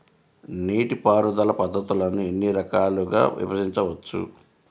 నీటిపారుదల పద్ధతులను ఎన్ని రకాలుగా విభజించవచ్చు?